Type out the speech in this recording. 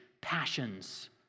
passions